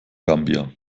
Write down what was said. gambia